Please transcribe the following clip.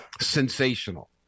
sensational